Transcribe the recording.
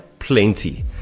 plenty